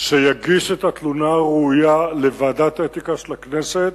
שיגיש את התלונה הראויה לוועדת האתיקה של הכנסת,